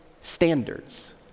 standards